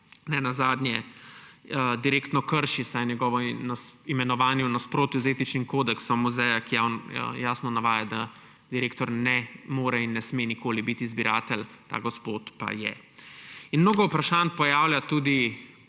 nazadnje direktno krši, vsaj njegovo imenovanje je v nasprotju z etičnim kodeksom muzeja, ki jasno navaja, da direktor ne more in ne sme nikoli biti zbiratelj, ta gospod pa je. Mnogo vprašanj se poraja tudi